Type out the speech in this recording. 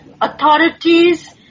authorities